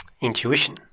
intuition